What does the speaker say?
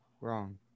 wrong